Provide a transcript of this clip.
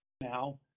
Now